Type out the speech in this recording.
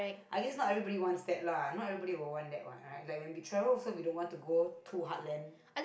I guess not everybody wants that lah not everybody will want that wat right like when we travel we also don't want to go too heartland